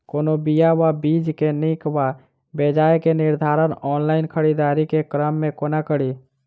कोनों बीया वा बीज केँ नीक वा बेजाय केँ निर्धारण ऑनलाइन खरीददारी केँ क्रम मे कोना कड़ी?